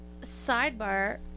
sidebar